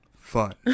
fun